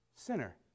sinner